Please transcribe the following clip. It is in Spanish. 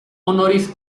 honoris